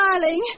darling